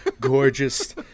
gorgeous